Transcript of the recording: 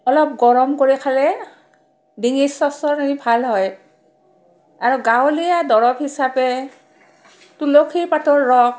অলপ গৰম কৰি খালে ডিঙিৰ চৰচৰনি ভাল হয় আৰু গাঁৱলীয়া দৰৱ হিচাপে তুলসীৰ পাতৰ ৰস